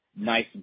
Nice